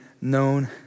known